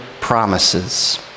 promises